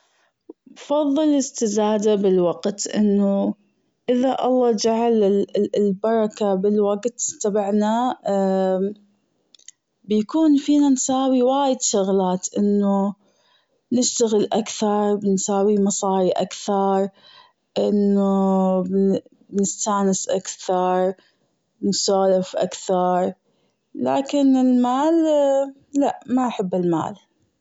بفظل الأستزادة بالوقت أنه أذا الله جعل البركة بالوقت تبعنا بيكون فينا نساوي وايد شغلات إنه نشتغل أكثر بنساوي مصاري أكثر أنه نستأنس أكثر نسولف أكثر لكن المال لأ ما أحب المال.